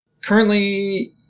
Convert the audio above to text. currently